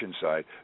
side